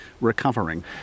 recovering